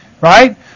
Right